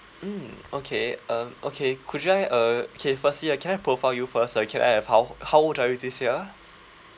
mm okay um okay could you I uh okay firstly ah can I profile you first uh can I have how how old are you this year